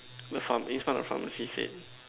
the far in front of pharmacy say